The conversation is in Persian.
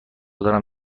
دارم